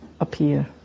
appear